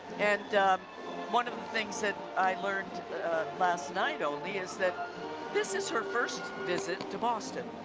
and one of the things that i learned last night only is that this is her first visit to boston.